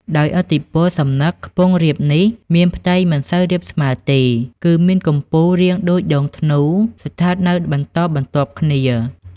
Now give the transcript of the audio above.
ដោយឥទ្ធិពលសំណឹក ខ្ពង់រាបនេះ មានផ្ទៃមិនសូវរាបស្មើ ទេ គឺមានកំពូលរាងដូចដងធ្នូ ស្ថិតនៅបន្តបន្ទាប់គ្នា ។